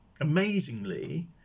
Amazingly